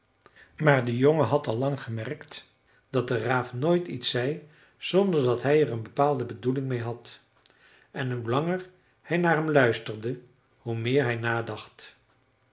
maar de jongen had al lang gemerkt dat de raaf nooit iets zei zonder dat hij er een bepaalde bedoeling meê had en hoe langer hij naar hem luisterde hoe meer hij nadacht